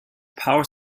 power